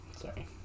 Sorry